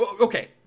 Okay